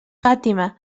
fàtima